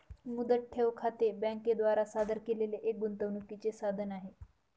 मुदत ठेव खाते बँके द्वारा सादर केलेले एक गुंतवणूकीचे साधन आहे